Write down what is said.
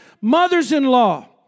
mothers-in-law